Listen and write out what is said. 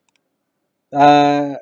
uh